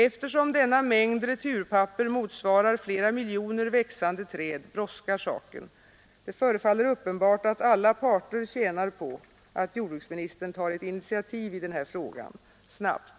Eftersom denna mängd returpapper motsvarar flera miljoner växande träd brådskar saken. Det förefaller uppenbart att alla parter tjänar på att jordbruksministern tar ett initiativ i den här frågan, snabbt.